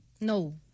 No